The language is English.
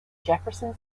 jefferson